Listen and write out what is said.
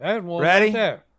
Ready